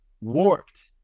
warped